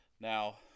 now